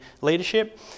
leadership